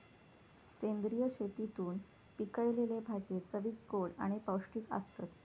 सेंद्रिय शेतीतून पिकयलले भाजये चवीक गोड आणि पौष्टिक आसतत